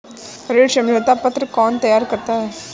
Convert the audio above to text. ऋण समझौता पत्र कौन तैयार करता है?